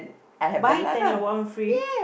buy ten get one free